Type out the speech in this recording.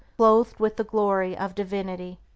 clothed with the glory of divinity.